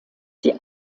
die